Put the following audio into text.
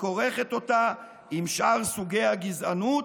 הכורכת אותה בשאר סוגי הגזענות,